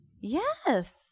Yes